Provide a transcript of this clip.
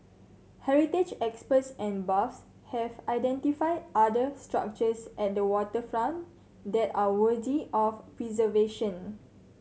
heritage experts and buffs have identified other structures at the waterfront that are worthy of preservation